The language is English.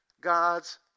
God's